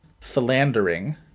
Philandering